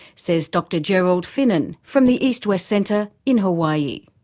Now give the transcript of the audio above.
says dr gerard finin, from the east west center in hawaii.